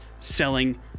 selling